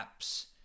apps